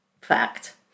Fact